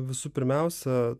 visų pirmiausia